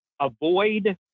Avoid